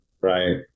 Right